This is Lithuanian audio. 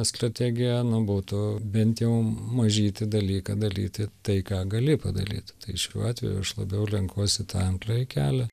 strategija nu būtų bent jau mažytį dalyką daryti tai ką gali padaryt tai šiuo atveju aš labiau renkuosi tą antrąjį kelią